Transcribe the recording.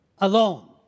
alone